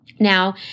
Now